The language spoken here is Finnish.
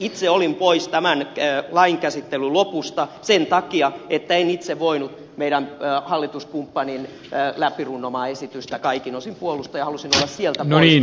itse olin pois tämän lain käsittelyn lopussa sen takia että en itse voinut meidän hallituskumppanin läpirunnomaa esitystä kaikin osin puolustaa ja halusin olla sieltä pois